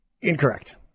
Incorrect